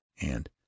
and—